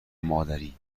مادری